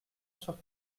sur